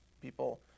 people